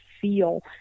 feel